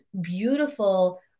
beautiful